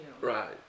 Right